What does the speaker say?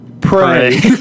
pray